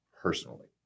personally